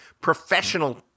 professional